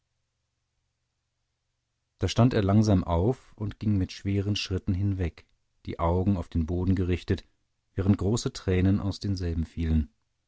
da stand er langsam auf und ging mit schweren schritten hinweg die augen auf den boden gerichtet während große tränen aus denselben fielen